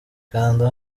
kanda